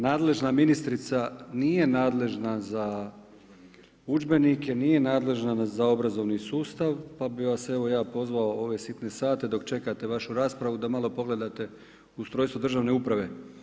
Nadležna ministrica nije nadležna za udžbenike, nije nadležna za obrazovni sustav pa bi vas evo ja pozvao u ove sitne sate dok čekate vašu raspravu da malo pogledate ustrojstvo državne uprave.